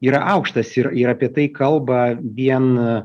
yra aukštas ir ir apie tai kalba vien